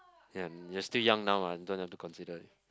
um you're still young now lah don't have to consider it